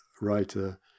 writer